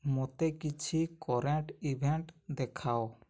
ମୋତେ କିଛି current event ଦେଖାଅ